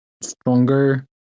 stronger